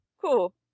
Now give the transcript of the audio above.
Cool